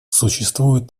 существует